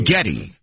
Getty